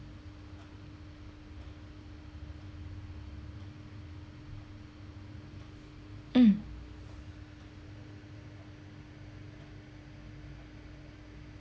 um